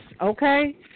okay